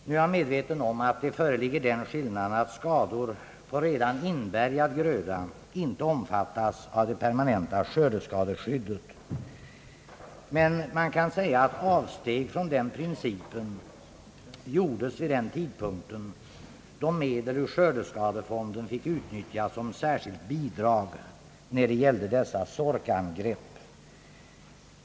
Nu är jag medveten om att den skillnaden föreligger, att skador på redan inbärgad gröda inte omfattas av det permanenta skördeskadeskyddet. Men avsteg från den principen gjordes vid sagda tidpunkt, då medel ur skördeskadefonden fick utnyttjas som särskilt bidrag, när det gällde sorkangreppen.